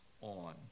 on